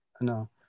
No